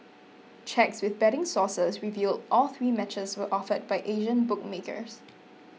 checks with betting sources revealed all three matches were offered by Asian bookmakers